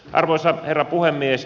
arvoisa herra puhemies